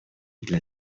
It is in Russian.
для